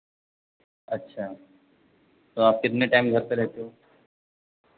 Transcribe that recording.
अच्छा तो आप कितने टाइम घर पे रहते हो